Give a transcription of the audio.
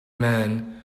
man